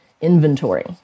inventory